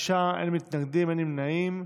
בעד, שישה, אין מתנגדים, אין נמנעים.